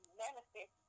manifest